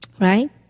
right